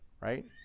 right